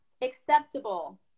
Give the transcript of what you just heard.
acceptable